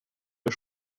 der